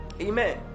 Amen